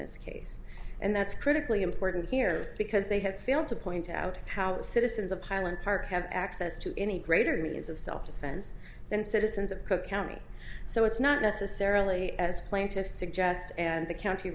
this case and that's critically important here because they have failed to point out how citizens of pilot park have access to any greater means of self defense than citizens of cook county so it's not necessarily as plaintiffs suggest and the county